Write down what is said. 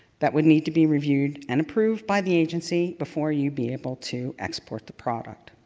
that would need to be reviewed and approved by the agency before you'd be able to export the product.